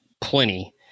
Plenty